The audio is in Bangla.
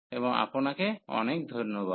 এবং আপনাকে অনেক ধন্যবাদ